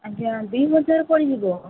ଆଜ୍ଞା ଦୁଇହଜାର ପଡ଼ିଯିବ